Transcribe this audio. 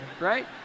right